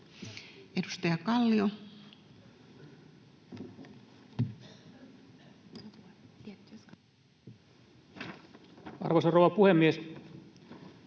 Edustaja Reijonen. Arvoisa rouva puhemies!